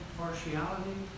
partiality